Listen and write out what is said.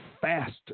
faster